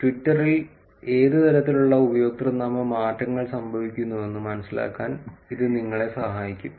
ട്വിറ്ററിൽ ഏത് തരത്തിലുള്ള ഉപയോക്തൃനാമ മാറ്റങ്ങൾ സംഭവിക്കുന്നുവെന്ന് മനസിലാക്കാൻ ഇത് നിങ്ങളെ സഹായിക്കും